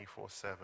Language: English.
24-7